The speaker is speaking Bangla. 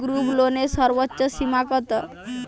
গ্রুপলোনের সর্বোচ্চ সীমা কত?